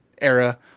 era